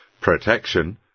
protection